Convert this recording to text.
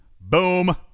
boom